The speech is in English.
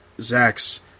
Zach's